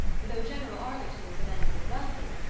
though general arlington was immensely wealthy,